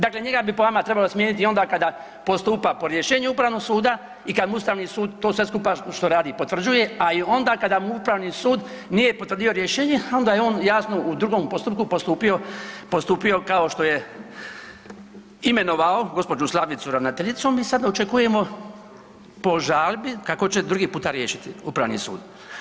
Dakle, njega bi po vama trebalo smijeniti i onda kada postupa po rješenju upravnog suda i kad mu ustavni sud to sve skupa što radi potvrđuje, a i onda kada mu upravni sud nije potvrdio rješenje, onda je on jasno u drugom postupku postupio, postupio kao što je imenovao gđu. Slavicu ravnateljicom i sada očekujemo po žalbi kako će drugi puta riješiti upravni sud.